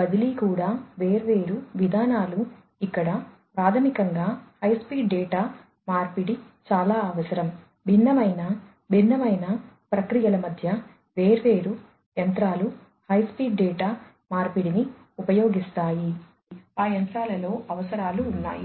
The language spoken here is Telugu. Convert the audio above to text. బదిలీ కూడా వేర్వేరు విధానాలు ఇక్కడ ప్రాథమికంగా హై స్పీడ్ డేటా మార్పిడి చాలా అవసరం భిన్నమైన భిన్నమైన ప్రక్రియల మధ్య వేర్వేరు యంత్రాలు హై స్పీడ్ డేటా మార్పిడిని ఉపయోగిస్తాయి ఆ యంత్రాలలో అవసరాలు ఉన్నాయి